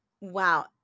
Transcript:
wow